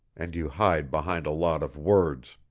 and you hide behind a lot of words.